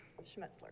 Schmetzler